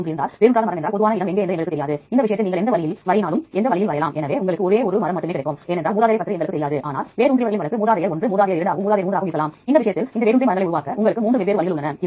மதிப்பாய்வு செய்யப்பட்ட பகுதியில் ஒரே ஒரு நுழைவு உள்ளது எனவே Uniprot டை நீங்கள் இவ்வாறு பயன்படுத்தலாம் தவிர ID மேப்பிங் மீட்டெடுக்கலாம்